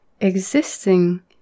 existing